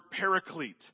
Paraclete